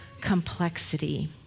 complexity